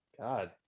God